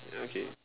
okay